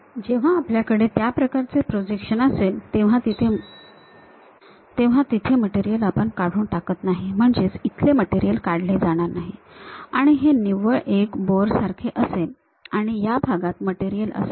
जेव्हा आपल्याकडे त्या प्रकारचे प्रोजेक्शन असेल तेव्हा तिथे मटेरियल आपण काढून टाकत नाही म्हणजेच इथले मटेरियल काढले जाणार नाही आणि हे निव्वळ एका बोअर सारखे असेल आणि या भागात मटेरियल असेल